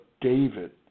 David